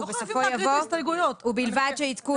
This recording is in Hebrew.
ובסופו יבוא ובלבד שעדכון